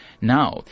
Now